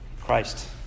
Christ